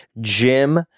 Jim